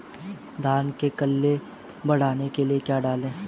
धान में कल्ले बढ़ाने के लिए क्या डालें?